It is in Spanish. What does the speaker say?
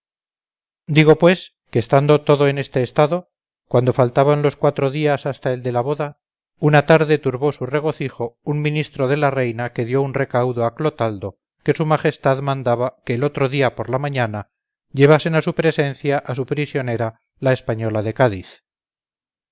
digo pues que estando todo en este estado cuando faltaban los cuatro días hasta el de la boda una tarde turbó su regocijo un ministro de la reina que dio un recaudo a clotaldo que su majestad mandaba que otro día por la mañana llevasen a su presencia a su prisionera la española de cádiz